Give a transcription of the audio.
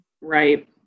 Right